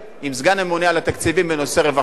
סגן הממונה על התקציבים בנושא רווחה,